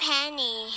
Penny